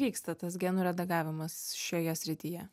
vyksta tas genų redagavimas šioje srityje